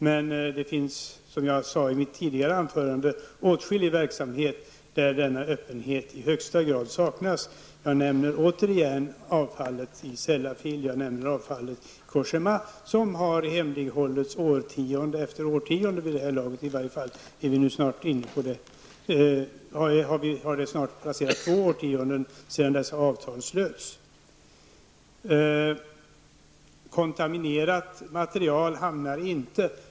Men det finns, som jag sade i mitt tidigare anförande, åtskillig verksamhet där denna öppenhet i högsta grad saknas. Jag nämner återigen avfallet i Sellafield, jag nämnder avfallet i Cogéma, som har hemlighållits årtionde efter årtionde. I varje fall har snart två årtionden passerat sedan dessa avtal slöts.